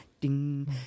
ding